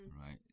right